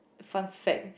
fun fact